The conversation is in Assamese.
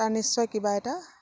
তাৰ নিশ্চয় কিবা এটা